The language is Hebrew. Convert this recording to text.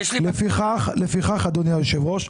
לפיכך אדוני היושב-ראש,